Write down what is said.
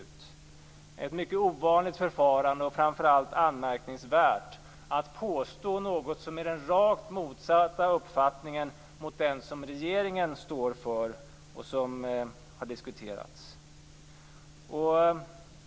Det är ett mycket ovanligt förfarande, och framför allt är det anmärkningsvärt att påstå något som är rakt motsatt den uppfattning som regeringen står för och som har diskuterats.